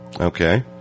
okay